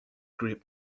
grip